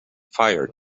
fire